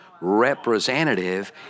representative